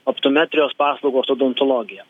optometrijos paslaugos odontologija